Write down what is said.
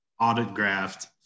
autographed